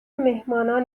میهمانان